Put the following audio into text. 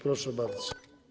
Proszę bardzo.